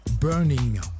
Burning